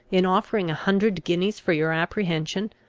in offering a hundred guineas for your apprehension,